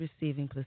receiving